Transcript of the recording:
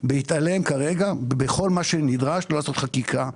בהתעלם כרגע מכל מה שנדרש ולא לעשות חקיקה.